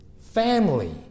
family